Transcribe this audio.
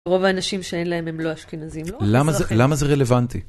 רוב האנשים שאין להם הם לא אשכנזים. למה זה רלוונטי?